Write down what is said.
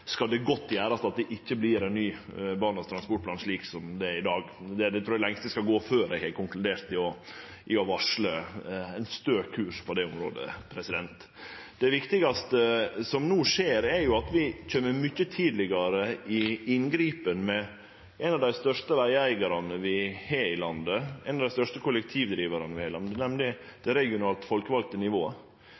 skal det godt gjerast om det ikkje vert ein ny Barnas transportplan, slik vi har i dag. Det trur eg er det lengste eg skal gå før eg har konkludert i det å varsle ein stø kurs på det. Det viktigaste som no skjer, er at vi kjem mykje tidlegare i inngripen med ein av dei største vegeigarane vi har i landet, ein av dei største kollektivtrafikkdrivarane vi har i landet, nemleg det regionalt folkevalde nivået.